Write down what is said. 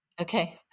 Okay